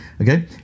Okay